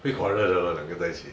会 quarrel 的 lor 两个在一起